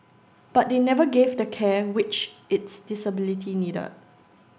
but they never gave the care which its disability needed